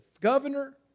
governor